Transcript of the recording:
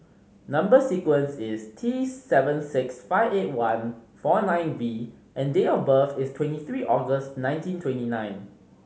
number sequence is T seven six five eight one four nine V and date of birth is twenty three August nineteen twenty nine